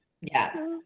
yes